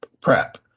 prep